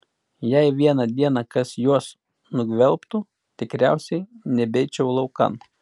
jei vieną dieną kas juos nugvelbtų tikriausiai nebeičiau laukan